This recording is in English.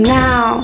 now